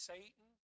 Satan